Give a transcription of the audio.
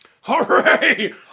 Hooray